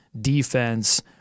defense